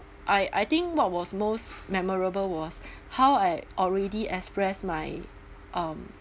I I think what was most memorable was how I already express my um